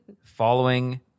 following